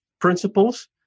principles